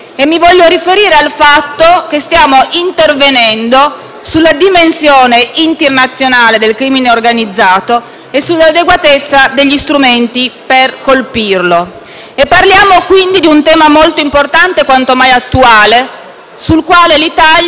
Mi voglio riferire al fatto che stiamo intervenendo sulla dimensione internazionale del crimine organizzato e sull'adeguatezza degli strumenti per colpirlo. Parliamo, quindi, di un tema molto importante e quantomai attuale sul quale l'Italia